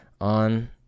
on